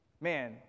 Man